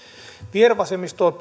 vihervasemmisto on